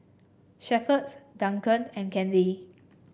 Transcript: Shepherd Duncan and Candy